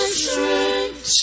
strength